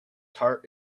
tart